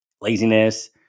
laziness